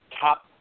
top